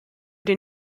den